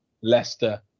Leicester